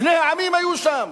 שני העמים היו שם,